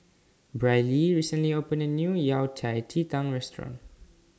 Brylee recently opened A New Yao Cai Ji Tang Restaurant